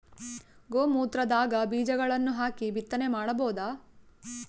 ಗೋ ಮೂತ್ರದಾಗ ಬೀಜಗಳನ್ನು ಹಾಕಿ ಬಿತ್ತನೆ ಮಾಡಬೋದ?